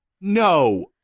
No